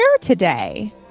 today